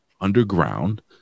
underground